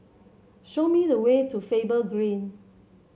show me the way to Faber Green